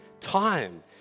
Time